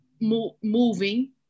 moving